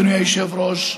אדוני היושב-ראש,